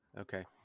Okay